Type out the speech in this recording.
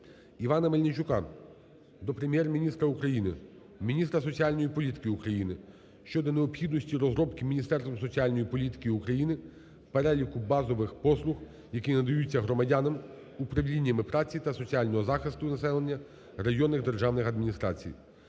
Івана Мельничука до Прем'єр-міністра України, міністра соціальної політики України щодо необхідності розробки Міністерством соціальної політики України Переліку базових послуг, які надаються громадянам управліннями праці та соціального захисту населення районних державних адміністрацій.